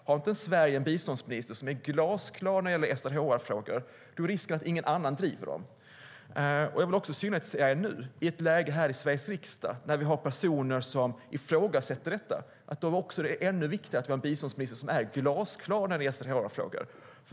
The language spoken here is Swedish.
Om Sverige inte har en biståndsminister som är glasklar när det gäller SRHR-frågor är risken att ingen annan driver dem.I synnerhet nu när vi har ett läge i Sveriges riksdag där personer ifrågasätter detta är det ännu viktigare att vi har en biståndsminister som är glasklar om SRHR-frågor.